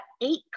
eight